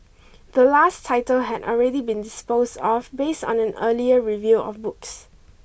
the last title had already been disposed off based on an earlier review of books